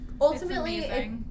ultimately